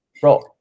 bro